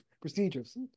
procedures